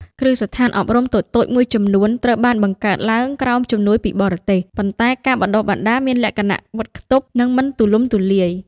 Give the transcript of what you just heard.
គ្រឹះស្ថានអប់រំតូចៗមួយចំនួនត្រូវបានបង្កើតឡើងក្រោមជំនួយពីបរទេស ប៉ុន្តែការបណ្តុះបណ្តាលមានលក្ខណៈបិទខ្ទប់ និងមិនទូលំទូលាយ។